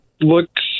looks